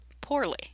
poorly